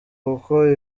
kuko